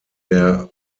der